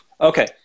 Okay